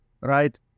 right